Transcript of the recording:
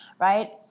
right